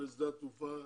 ה-26 באוקטובר 2020,